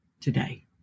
today